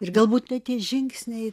ir galbūt net tie žingsniai